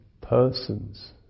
persons